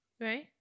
right